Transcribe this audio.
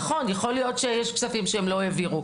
נכון, יכול להיות שיש כספים שהם לא העבירו.